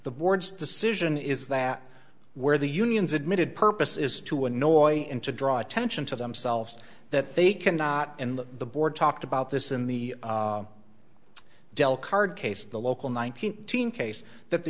the board's decision is that where the unions admitted purpose is to annoy and to draw attention to themselves that they cannot and the board talked about this in the dell cardcase the local nine hundred eighteen case that the